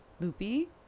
loopy